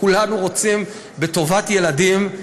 כולנו רוצים בטובת הילדים,